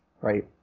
right